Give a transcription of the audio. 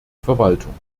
verwaltung